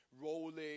rolling